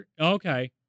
Okay